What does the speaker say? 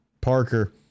Parker